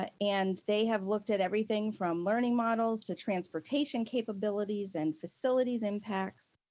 ah and they have looked at everything from learning models to transportation capabilities and facilities impacts.